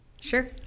Sure